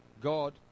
God